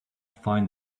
find